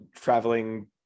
traveling